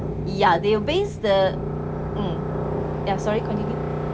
ya they will base the mm ya sorry continue